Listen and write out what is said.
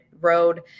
road